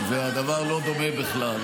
לא, לא, לא --- והדבר לא דומה בכלל.